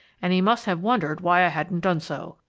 and he must have wondered why i hadn't done so.